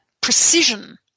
precision